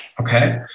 Okay